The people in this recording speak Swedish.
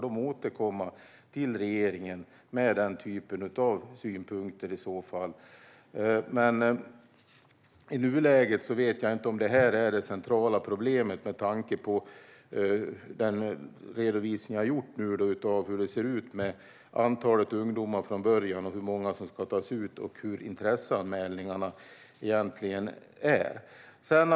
I nuläget vet jag inte om detta är det centrala problemet, med tanke på den redovisning som jag nu har gjort av hur det ser ut med antalet ungdomar från början, hur många som ska tas ut och hur det egentligen är med intresseanmälningarna.